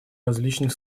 различных